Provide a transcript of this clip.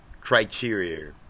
criteria